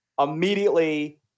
Immediately